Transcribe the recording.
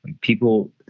people